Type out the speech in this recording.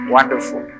Wonderful